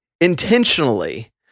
intentionally